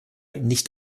nicht